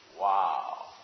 Wow